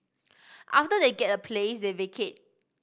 after they get a place they vacate